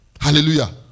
Hallelujah